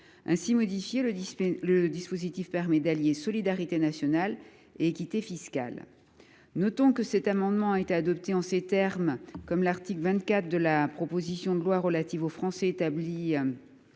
Ainsi modifié, le dispositif permet d’allier solidarité nationale et équité fiscale. Notons que cette mesure a été adoptée en ces termes à l’article 24 de la proposition de loi relative aux Français établis